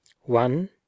One